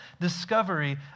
discovery